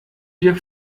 wir